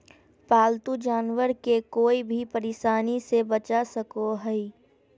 पालतू जानवर के कोय भी परेशानी से बचा सको हइ